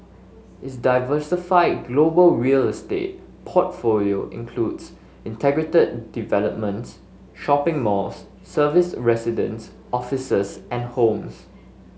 its diversified global real estate portfolio includes integrated developments shopping malls serviced residences offices and homes